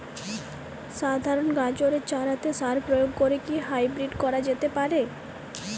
সাধারণ গাজরের চারাতে সার প্রয়োগ করে কি হাইব্রীড করা যেতে পারে?